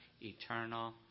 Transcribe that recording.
eternal